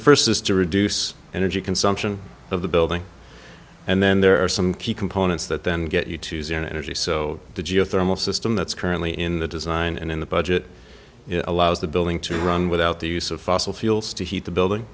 the first is to reduce energy consumption of the building and then there are some key components that then get you to use your energy so the geothermal system that's currently in the design and in the budget allows the building to run without the use of fossil fuels to heat the building